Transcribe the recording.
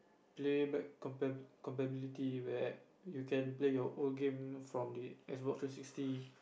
play back compatibility where you can play your old game from the X-box three sixty